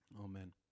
amen